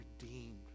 redeemed